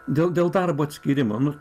dėl dėl darbo atskyrimo nu